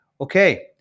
Okay